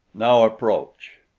now approach!